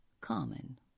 common